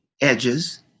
edges